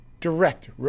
direct